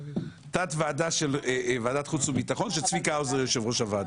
תת ועדה של ועדת החוץ והביטחון שצביקה האוזר הוא יושב-ראש הוועדה.